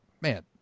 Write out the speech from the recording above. man